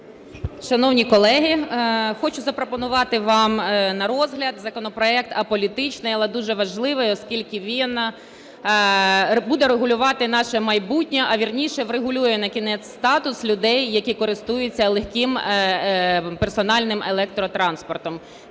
Шановні колеги, хочу запропонувати вам на розгляд законопроект аполітичний, але дуже важливий, оскільки він буде регулювати наше майбутнє, а вірніше, врегулює накінець статус людей, які користуються легким персональним електротранспортом.